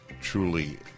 Truly